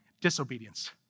Disobedience